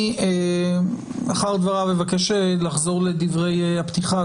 לאחר דבריו אני מבקש לחזור לדברי הפתיחה,